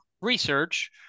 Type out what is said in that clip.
research